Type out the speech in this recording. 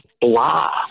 blah